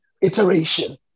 iteration